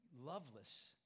loveless